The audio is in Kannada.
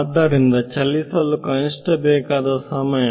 ಆದ್ದರಿಂದ ಚಲಿಸಲು ಕನಿಷ್ಠ ಬೇಕಾದ ಸಮಯ